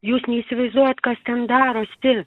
jūs neįsivaizduojat kas ten darosi